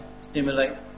stimulate